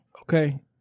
Okay